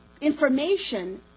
information